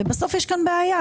בסוף יש כאן בעיה,